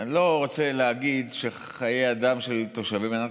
אני לא רוצה להגיד שחיי אדם של תושבים במדינת